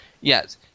yes